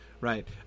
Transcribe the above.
right